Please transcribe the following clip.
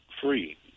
free